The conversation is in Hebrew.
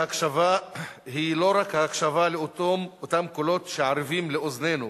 ההקשבה היא לא רק ההקשבה לאותם קולות שערבים לאוזנינו,